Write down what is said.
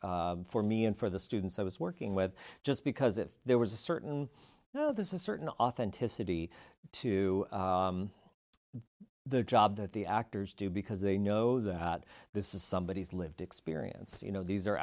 for me and for the students i was working with just because it there was a certain oh this is certain authenticity to the job that the actors do because they know that this is somebody who's lived experience you know these are